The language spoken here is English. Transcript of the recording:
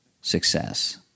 success